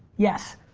yes,